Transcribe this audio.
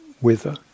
wither